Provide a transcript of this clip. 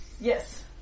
Yes